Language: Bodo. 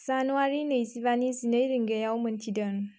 जानुवारि नैजिबानि जिनै रिंगायाव मोनथिदों